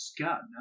Scott